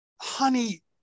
honey